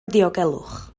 ddiogelwch